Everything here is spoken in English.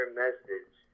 message